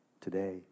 Today